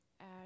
add